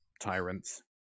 tyrants